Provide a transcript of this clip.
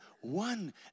one